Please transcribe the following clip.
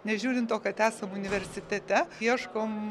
nežiūrint to kad esam universitete ieškom